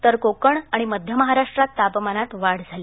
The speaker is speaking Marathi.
तर कोकण आणि मध्य महाराष्ट्रात तापमानांत वाढ झाली